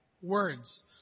words